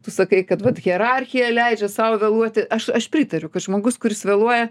tu sakai kad vat hierarchija leidžia sau vėluoti aš aš pritariu kad žmogus kuris vėluoja